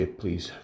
please